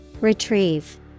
retrieve